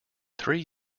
three